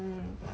mm